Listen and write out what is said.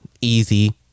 easy